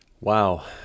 Wow